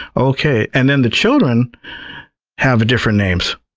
okay, and then the children have different names.